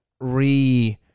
re